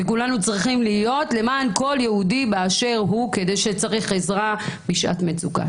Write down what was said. וכולנו צריכים להיות למען כל יהודי באשר הוא שצריך עזרה בשעת מצוקה.